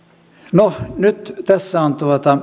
no nyt tässä on